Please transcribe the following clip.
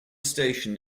station